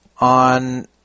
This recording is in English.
on